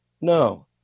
no